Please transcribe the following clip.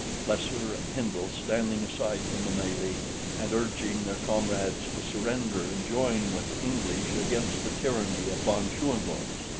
plesser and hindle standing aside from the melee and urging their comrades to surrender and join with the english against the tyranny of von schoenvorts.